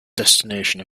destination